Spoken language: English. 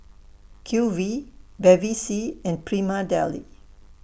Q V Bevy C and Prima Deli